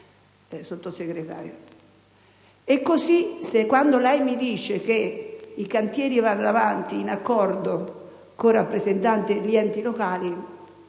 Sottosegretario,